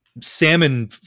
salmon